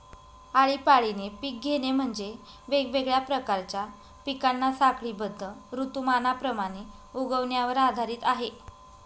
आळीपाळीने पिक घेणे म्हणजे, वेगवेगळ्या प्रकारच्या पिकांना साखळीबद्ध ऋतुमानाप्रमाणे उगवण्यावर आधारित आहे